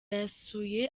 yasuye